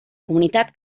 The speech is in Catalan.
comunitat